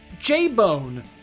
J-Bone